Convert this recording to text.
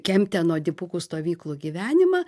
kempteno dipukų stovyklų gyvenimą